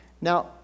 Now